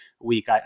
week